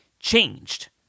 changed